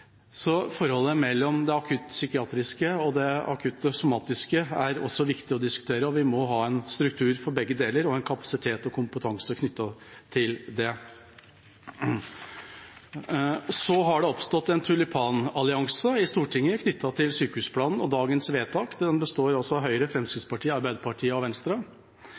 Så forholdet mellom det akuttpsykiatriske og det akuttsomatiske er også viktig å diskutere, og vi må ha en struktur for begge deler og kapasitet og kompetanse knyttet til det. Så har det oppstått en tulipanallianse i Stortinget knyttet til sykehusplanen. Dagens vedtak består altså av Høyre, Fremskrittspartiet, Arbeiderpartiet og Venstre.